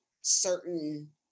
certain